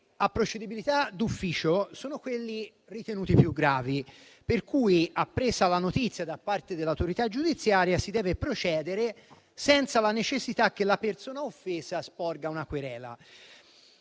a procedibilità d'ufficio sono quelli ritenuti più gravi, per cui, appresa la notizia da parte dell'autorità giudiziaria, si deve procedere senza la necessità che la persona offesa sporga una querela.